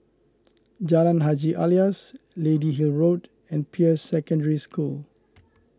Jalan Haji Alias Lady Hill Road and Peirce Secondary School